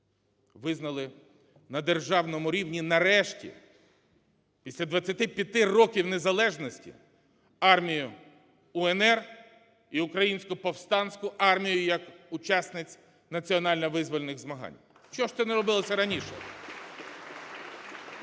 визнали на державному рівні, нарешті, після 25 років незалежності армію УНР і Українську повстанську армію як учасниць національно-визвольних змагань. Чого ж то не робилося раніше?